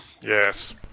yes